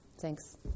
Thanks